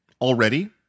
already